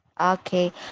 Okay